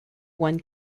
won